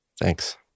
Thanks